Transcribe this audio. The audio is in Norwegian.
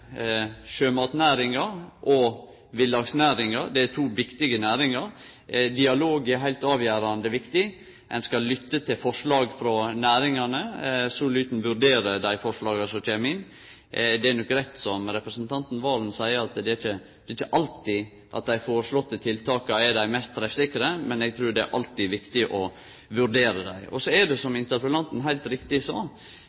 sjømatnæringa og villaksnæringa. Det er to viktige næringar. Dialog er heilt avgjerande. Ein skal lytte til forslag frå næringane. Så lyt ein vurdere dei forslaga som kjem inn. Det er nok rett, som representanten Serigstad Valen seier, at det ikkje alltid er slik at dei føreslåtte tiltaka er dei mest treffsikre, men eg trur det alltid er viktig å vurdere dei. Så er det som